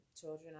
children